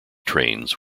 trains